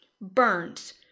Burns